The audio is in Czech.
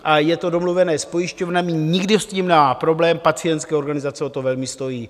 A je to domluvené s pojišťovnami, nikdo s tím nemá problém, pacientské organizace o to velmi stojí.